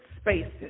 spaces